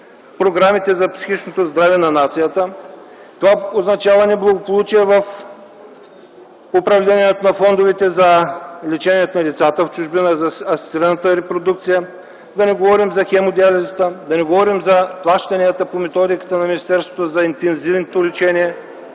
програмите за психичното здраве на нацията. Това означава неблагополучие в управлението на фондовете за лечението на децата в чужбина, за асистираната репродукция. Да не говорим за хемодиализата, да не говорим за плащанията по методиката на министерството за интензивното лечение